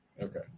Okay